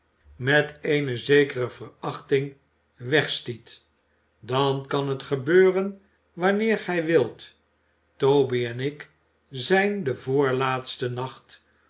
met eene zekere verachting wegstiet dan kan het gebeuren wanneer gij wilt toby en ik zijn den voorlaatsten nacht